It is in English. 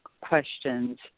questions